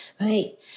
Right